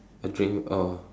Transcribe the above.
a drink orh